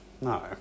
no